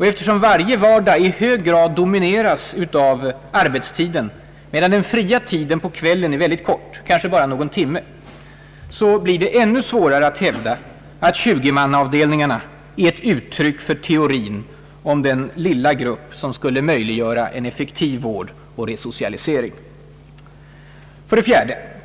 Eftersom varje vardag i hög grad domineras av arbetstiden, medan den fria tiden på kvällen är väldigt kort — kanske bara någon timme — så blir det ännu svårare att hävda att 20-mannaavdelningarna är ett uttryck för teorin om den lilla gruppen som skulle möjliggöra en effektiv vård och resocialisering. 4.